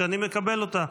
שאני מקבל אותה.